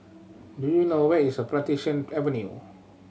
do you know where is Plantation Avenue